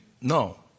no